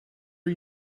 are